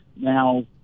now